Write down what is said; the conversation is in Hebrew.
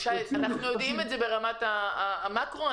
אנחנו יודעים את זה ברמת המקרו,